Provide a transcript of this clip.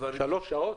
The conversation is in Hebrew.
שלוש שעות?